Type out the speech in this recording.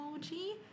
emoji